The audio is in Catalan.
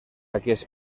aquest